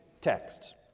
texts